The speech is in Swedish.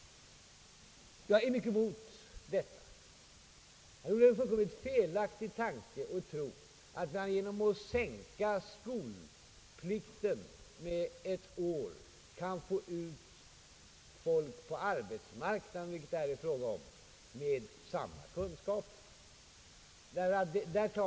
Jag är emot detta. Det är fullständigt felaktigt att tro att man genom att sänka skolplikten med ett år skulle få ut folk på arbetsmarknaden — vilket det här är fråga om — med samma kunskaper.